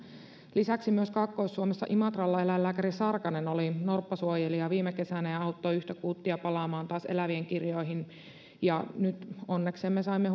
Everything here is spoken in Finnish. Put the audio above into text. lisäksi myös kaakkois suomessa imatralla eläinlääkäri sarkanen oli norppasuojelija viime kesänä ja auttoi yhtä kuuttia palaamaan taas elävien kirjoihin ja nyt onneksemme saimme